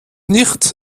nicht